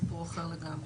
סיפור אחר לגמרי.